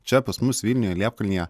čia pas mus vilniuje liepkalnyje